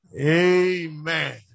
Amen